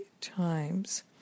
times